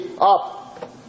up